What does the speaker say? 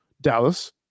Dallas